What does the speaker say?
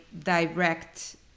direct